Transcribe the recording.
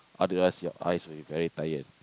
otherwise your eyes will be very tired